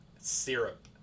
syrup